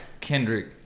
kendrick